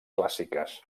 clàssiques